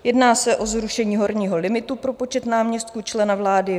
Jedná se o zrušení horního limitu pro počet náměstků člena vlády.